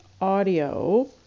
audio